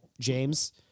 James